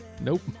Nope